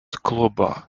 klubo